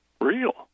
real